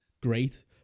great